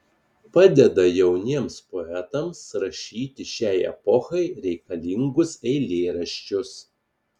padeda jauniems poetams rašyti šiai epochai reikalingus eilėraščius